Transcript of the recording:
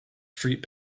street